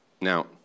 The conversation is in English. Now